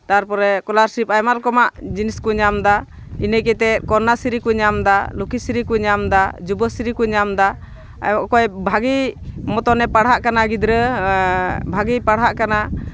ᱛᱟᱨᱯᱚᱨ ᱠᱚᱞᱟᱨᱥᱤᱯ ᱟᱭᱢᱟ ᱨᱚᱠᱚᱢᱟᱜ ᱡᱤᱱᱤᱥ ᱠᱚ ᱧᱟᱢᱫᱟ ᱤᱱᱟᱹ ᱠᱟᱛᱮᱫ ᱠᱚᱱᱱᱟᱥᱨᱤ ᱠᱚ ᱧᱟᱢᱫᱟ ᱞᱚᱠᱠᱷᱤᱥᱨᱤ ᱠᱚ ᱧᱟᱢᱫᱟ ᱡᱩᱵᱚᱥᱨᱤ ᱠᱚ ᱧᱟᱢᱫᱟ ᱟᱨ ᱚᱠᱚᱭ ᱵᱷᱟᱹᱜᱤ ᱢᱚᱛᱚᱱ ᱮ ᱯᱟᱲᱦᱟᱜ ᱠᱟᱱᱟ ᱜᱤᱫᱽᱨᱟᱹ ᱵᱷᱟᱹᱜᱤ ᱯᱟᱲᱦᱟᱜ ᱠᱟᱱᱟ